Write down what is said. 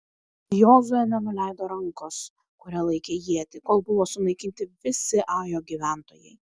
jozuė nenuleido rankos kuria laikė ietį kol buvo sunaikinti visi ajo gyventojai